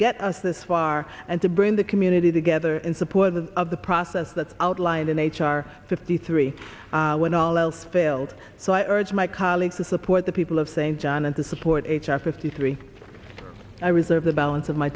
get us this far and to bring the community together in support of the process that's outlined in h r fifty three when all else failed so i urge my colleagues to support the people of st john and to support a child fifty three i was over the balance of my